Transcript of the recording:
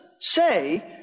say